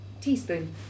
Teaspoon